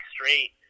straight